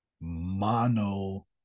Mono